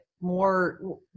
more